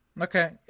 Okay